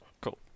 Cool